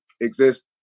exist